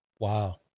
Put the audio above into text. wow